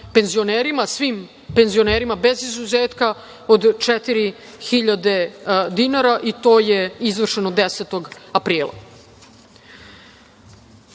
svim penzionerima bez izuzetka od 4.000 dinara, i to je izvršeno 10. aprila. Morali